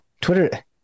Twitter